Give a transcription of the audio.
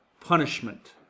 punishment